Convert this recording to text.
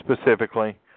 specifically